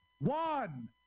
One